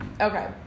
okay